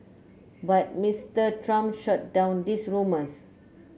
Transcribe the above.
but Mister Trump shot down those rumours